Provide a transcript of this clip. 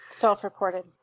self-reported